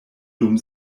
dum